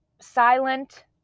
Silent